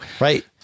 Right